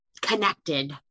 connected